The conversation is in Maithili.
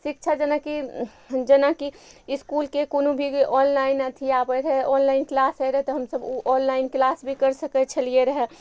शिक्षा जेनाकि जेनाकि इसकुलके कोनो भी ऑनलाइन अथी आबय रहय ऑनलाइन क्लास होइ रहय तऽ हमसब उ ऑनलाइन क्लास भी करि सकय छलियै रहय